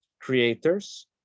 creators